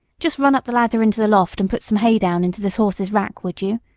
just run up the ladder into the loft and put some hay down into this horse's rack, will you?